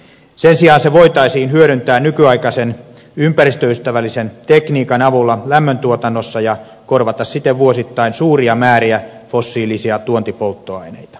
sen sijaan se voitaisiin hyödyntää nykyaikaisen ympäristöystävällisen tekniikan avulla lämmöntuotannossa ja korvata siten vuosittain suuria määriä fossiilisia tuontipolttoaineita